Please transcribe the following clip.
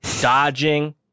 dodging